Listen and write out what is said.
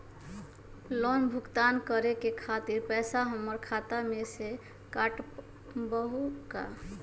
Loan भुगतान करे के खातिर पैसा हमर खाता में से ही काटबहु का?